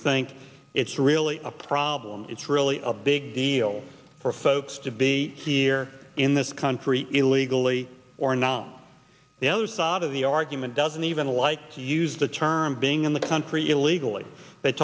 think it's really a problem it's really a big deal for folks to be here in this country illegally or not the other side of the argument doesn't even like to use the term being in the country illegally they